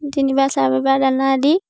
তিনিবাৰ চাৰিবাৰ দানা দি